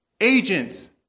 agents